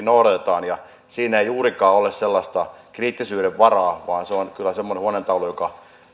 noudatetaan ja siinä ei juurikaan ole sellaista kriittisyyden varaa vaan se on kyllä semmoinen huoneentaulu